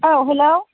औ हेलौ